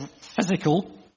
physical